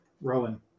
Rowan